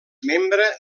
membre